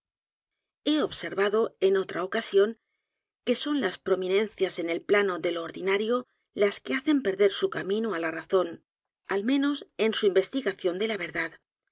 he observado en otra ocasión que son las prominencias en el plano de lo ordinario las que hacen perder su camino á la r a zón al menos en su investigación de la verdad